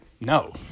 No